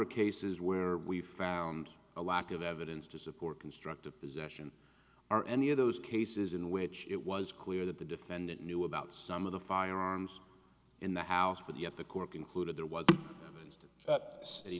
of cases where we found a lack of evidence to support constructive possession are any of those cases in which it was clear that the defendant knew about some of the firearms in the house with the at the court concluded there was a